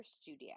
Studio